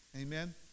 Amen